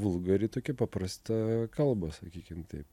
vulgari tokia paprasta kalba sakykim taip